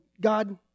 God